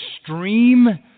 extreme